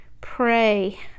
pray